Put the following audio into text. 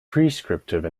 prescriptive